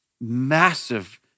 massive